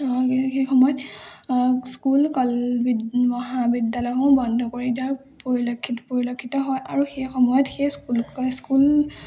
সেই সময়ত স্কুল মহাবিদ্যালয়সমূহ বন্ধ কৰি দিয়াৰ পৰিলক্ষিত হয় আৰু সেই সময়ত সেই স্কুল স্কুল